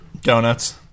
Donuts